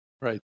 Right